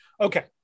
Okay